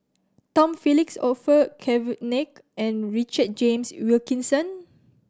Tom Phillips Orfeur Cavenagh and Richard James Wilkinson